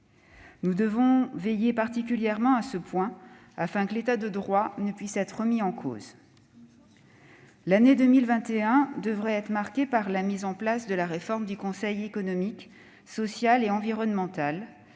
Nous devons être particulièrement vigilants, afin que l'État de droit ne puisse être remis en cause. L'année 2021 devrait être marquée par la mise en place de la réforme du Conseil économique, social et environnemental,